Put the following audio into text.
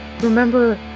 remember